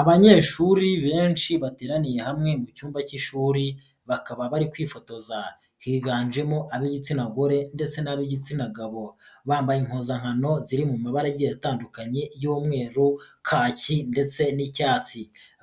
Abanyeshuri benshi bateraniye hamwe mu cyumba k'ishuri bakaba bari kwifotoza. Higanjemo ab'igitsina gore ndetse n'ab'igitsina gabo, bambaye impuzankano ziri mu mabara agiye atandukanye y'umweru kaki ndetse n'icyatsi,